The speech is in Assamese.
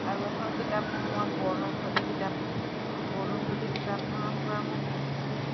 আৰু এখন কিতাপ পঢ়োঁ মই বন ঔষধি কিতাপ পঢ়োঁ বন ঔষধি কিতাপখনৰপৰা মই বহুতখিনি